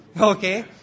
Okay